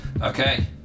Okay